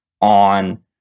on